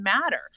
matter